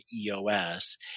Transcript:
EOS